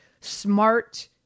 smart